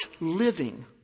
living